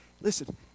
Listen